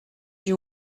you